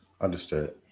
Understood